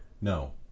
No